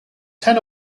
ten